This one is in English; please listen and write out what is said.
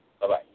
Bye-bye